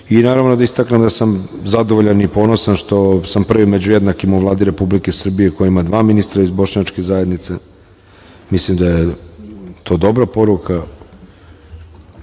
da istaknem da sam zadovoljan i ponosan što sam prvi među jednakima u Vladi Republike Srbije, koja ima dva ministra iz Bošnjačke zajednice i mislim da je to dobra poruka,